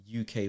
UK